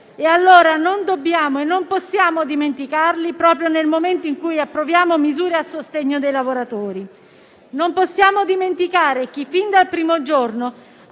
e allora non dobbiamo e non possiamo dimenticarli proprio nel momento in cui approviamo misure a sostegno dei lavoratori. Non possiamo dimenticare chi, fin dal primo giorno,